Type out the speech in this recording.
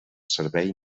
servei